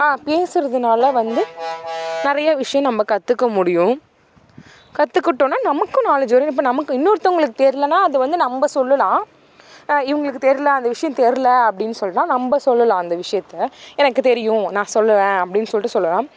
ஆ பேசறதனால வந்து நிறையா விஷயம் நம்ம கற்றுக்க முடியும் கற்றுக்கிட்டோன்னா நமக்கும் நாலேஜ் வரும் இப்போ நமக்கு இன்னோருத்தவங்களுக்கு தெரியலன்னா அது வந்து நம்ப சொல்லலாம் இவங்களுக்கு தெரில அந்த விஷயம் தெரில அப்படின்னு சொல்லிட்டா நம்ப சொல்லலாம் அந்த விஷயத்த எனக்கு தெரியும் நான் சொல்வேன் அப்படின் சொல்லிவிட்டு சொல்லுவேன்